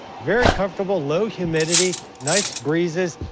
very comfortable, low humidity, nice breezes,